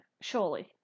surely